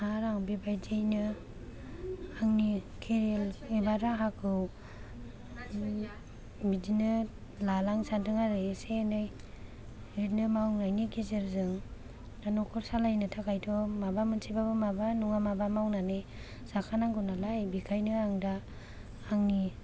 आर आं बेबायदियैनो आंनि केरेल एबा राहाखौ बिदिनो लालां सानदों आरो एसे एनै बिदिनो मावनायनि गेजेरजों दा नखर सालायनो थाखाइथ' माबा मोनसेबाबो माबा नङा माबा मावनानै जाखा नांगौ नालाय बेखायनो आं दा आंनि